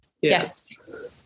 Yes